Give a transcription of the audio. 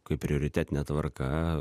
kaip prioritetine tvarka